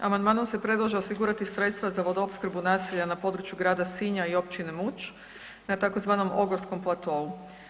Amandmanom se predlaže osigurati sredstva za vodoopskrbu naselja na području grada Sinja i općine Muć na tzv. Ogorskom platou.